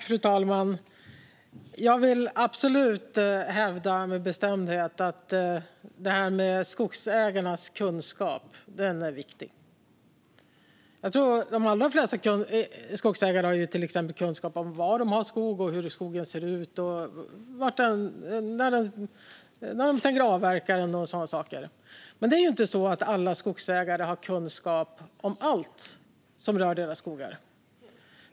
Fru talman! Jag vill med bestämdhet hävda att skogsägarnas kunskap är viktig. De allra flesta skogsägare har till exempel kunskap om var de har skog, hur skogen ser ut, när de tänker avverka den och sådana saker. Det är dock inte så att alla skogsägare har kunskap om allt som rör deras skogar.